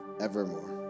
evermore